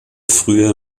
früher